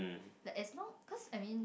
like as long of course I mean